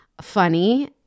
funny